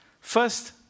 First